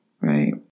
right